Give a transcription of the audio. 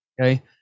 okay